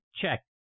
check